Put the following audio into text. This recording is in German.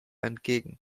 entgegen